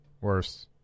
worse